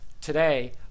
today